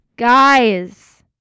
Guys